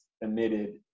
emitted